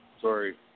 Sorry